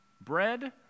bread